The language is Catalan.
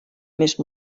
més